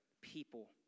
people